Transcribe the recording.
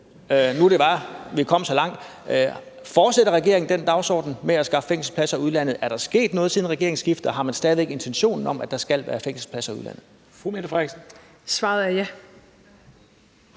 nu, da vi var kommet så langt – om regeringen fortsætter den dagsorden med at skaffe fængselspladser i udlandet, om der er sket noget siden regeringsskiftet, og om man stadig væk har intentionen om, at der skal være fængselspladser i udlandet. Kl.